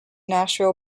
nashville